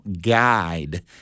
guide